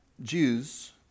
Jews